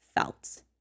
felt